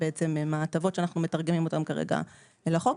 הטבות שאנחנו מתרגמים אותן כרגע לחוק,